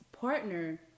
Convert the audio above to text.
partner